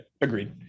agreed